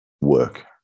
work